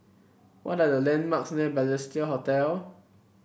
what are the landmarks near Balestier Hotel